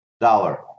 dollar